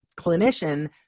clinician